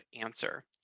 answer